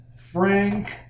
frank